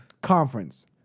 conference